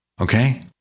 okay